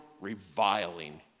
Reviling